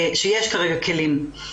שיש כרגע כלים.